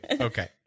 Okay